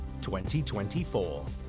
2024